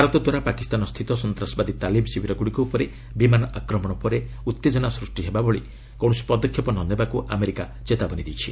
ଭାରତଦ୍ୱାରା ପାକିସ୍ତାନ ସ୍ଥିତ ସନ୍ତାସବାଦୀ ତାଲିମ୍ ଶିବିରଗୁଡ଼ିକ ଉପରେ ବିମାନ ଆକ୍ରମଣ ପରେ ଉତ୍ତେଜନ ସୃଷ୍ଟି ହେଲାଭଳି କୌଣସି ପଦକ୍ଷେପ ନ ନେବାକୁ ଆମେରିକା ଚେତାବନୀ ଦେଇଛି